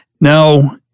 Now